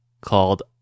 called